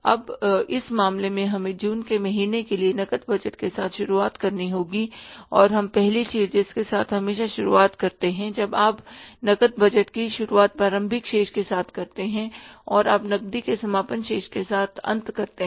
अब इस मामले में हमें जून के महीने के लिए नकद बजट के साथ शुरुआत करनी होगी और हम पहली चीज जिसके साथ हमेशा शुरुआत करते हैं जब आप नकद बजट की शुरुआत प्रारंभिक शेष के साथ करते हैं और आप नकदी के समापन शेष के साथ अंत करते हैं